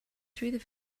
through